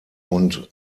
und